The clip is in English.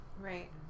Right